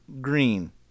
Green